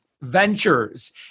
Ventures